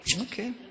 okay